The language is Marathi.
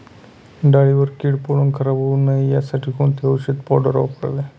डाळीवर कीड पडून खराब होऊ नये यासाठी कोणती औषधी पावडर वापरावी?